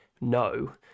no